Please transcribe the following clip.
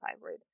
thyroid